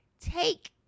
take